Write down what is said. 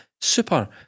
super